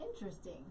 Interesting